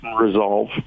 resolve